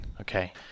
Okay